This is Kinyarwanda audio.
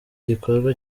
gikorwa